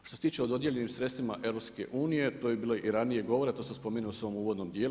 Što se tiče o dodijeljenim sredstvima EU to je bilo i ranije govora, to sam spominjao u svom uvodnom dijelu.